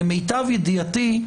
למיטב ידיעתי,